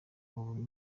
ubu